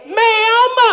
ma'am